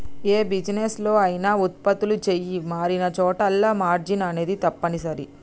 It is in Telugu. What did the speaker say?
యే బిజినెస్ లో అయినా వుత్పత్తులు చెయ్యి మారినచోటల్లా మార్జిన్ అనేది తప్పనిసరి